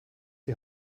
die